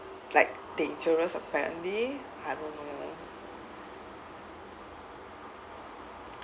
like dangerous apparently I don't know